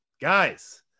Guys